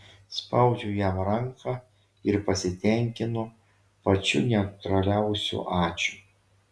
spaudžiu jam ranką ir pasitenkinu pačiu neutraliausiu ačiū